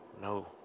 no